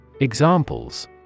Examples